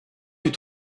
fut